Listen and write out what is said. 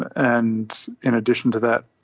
and in addition to that,